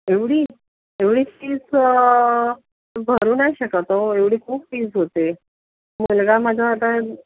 एवढी एवढी फीस भरू नाही शकत हो एवढी खूप फीस होते मुलगा माझा आता